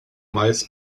mais